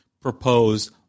propose